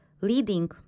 leading